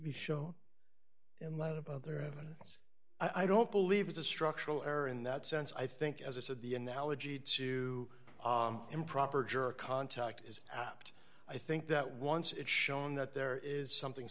to show in light of other evidence i don't believe it's a structural error in that sense i think as i said the analogy to improper juror contact is apt i think that once it's shown that there is something